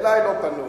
אליך לא פנו.